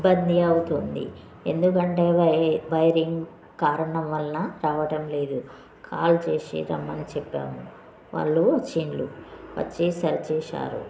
ఇబ్బంది అవుతుంది ఎందుకంటే వై వైరింగ్ కారణం వలన రావటం లేదు కాల్ చేసి రమ్మని చెప్పాము వాళ్ళు వచ్చారు వచ్చి సరి చేసారు